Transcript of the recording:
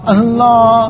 Allah